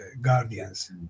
guardians